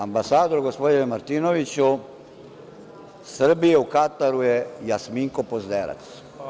Ambasador, gospodine Martinoviću, Srbije u Kataru je Jasminko Pozderac.